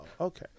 okay